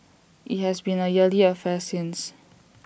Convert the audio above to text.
IT has been A yearly affair since